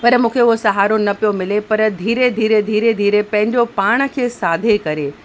पर मूंखे उहो सहारो न पियो मिले पर धीरे धीरे धीरे धीरे पंहिंजो पाण खे साधे करे